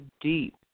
deep